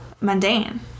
mundane